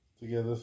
together